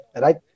right